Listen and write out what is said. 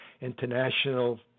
International